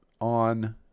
on